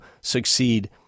succeed